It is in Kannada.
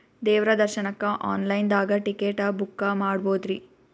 ದೇವ್ರ ದರ್ಶನಕ್ಕ ಆನ್ ಲೈನ್ ದಾಗ ಟಿಕೆಟ ಬುಕ್ಕ ಮಾಡ್ಬೊದ್ರಿ?